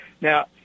now